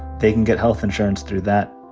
they can get health insurance through that.